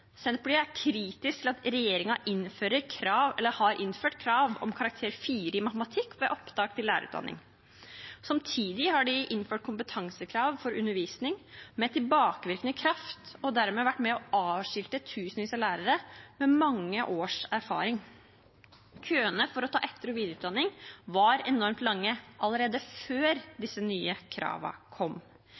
Senterpartiet er kritisk til at regjeringen har innført krav om karakteren 4 i matematikk ved opptak til lærerutdanningen. Samtidig har de innført kompetansekrav for å undervise med tilbakevirkende kraft og dermed vært med på å avskilte tusenvis av lærere med mange års erfaring. Køene for å ta etter- og videreutdanning var enormt lange allerede før disse nye kravene kom.